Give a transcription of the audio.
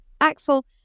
Axel